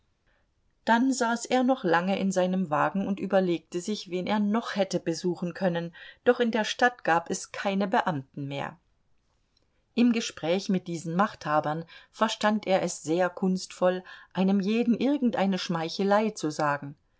dann saß er noch lange in seinem wagen und überlegte sich wen er noch hätte besuchen können doch in der stadt gab es keine beamten mehr im gespräch mit diesen machthabern verstand er es sehr kunstvoll einem jeden irgendeine schmeichelei zu sagen